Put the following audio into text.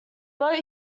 boat